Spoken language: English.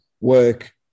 work